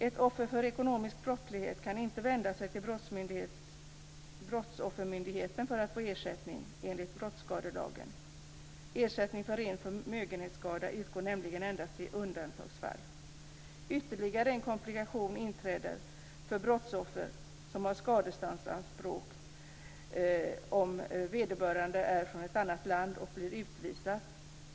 Ett offer för ekonomisk brottslighet kan inte vända sig till Brottsoffermyndigheten för att få ersättning enligt brottsskadelagen. Ersättning för ren förmögenhetsskada utgår nämligen endast i undantagsfall. Ytterligare en komplikation inträder för brottsoffer som har skadeståndsanspråk om vederbörande är från ett annat land och blir utvisad.